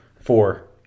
Four